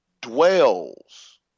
dwells